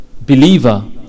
believer